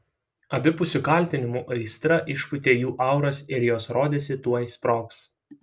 abipusių kaltinimų aistra išpūtė jų auras ir jos rodėsi tuoj sprogs